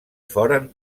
foren